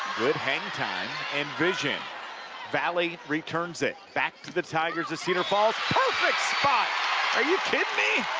good hang time and vision valley returns it back to the tigers of cedar falls perfect spot are you kidding me!